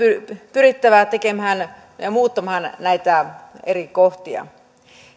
pyrittävä muuttamaan näitä eri kohtia